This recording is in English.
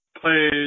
played